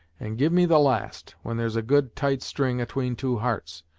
and give me the last, when there's a good tight string atween two hearts.